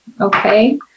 Okay